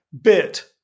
bit